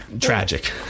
tragic